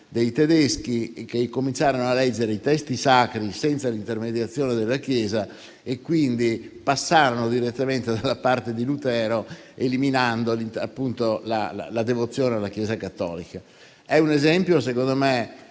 dei tedeschi, che incominciarono a leggere i testi sacri senza l'intermediazione della Chiesa e quindi passarono direttamente dalla parte di Lutero, eliminando la devozione alla Chiesa cattolica. È un esempio che, secondo me,